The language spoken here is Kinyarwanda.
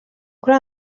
kuri